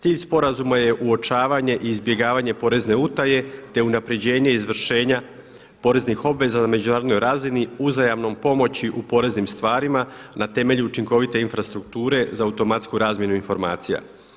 Cilj sporazuma je uočavanje i izbjegavanje porezne utaje, te unapređenje izvršenja poreznih obveza na međunarodnoj razini, uzajamnom pomoći u poreznim stvarima na temelju učinkovit infrastrukture za automatsku razmjenu informacija.